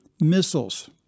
missiles